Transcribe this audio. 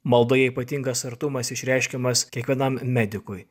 maldoje ypatingas artumas išreiškiamas kiekvienam medikui